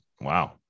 Wow